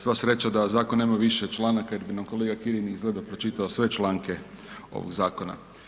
Sva sreća da zakon nema više članaka jer bi nam kolega Kirin izgleda pročitao sve članke ovog zakona.